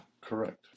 Correct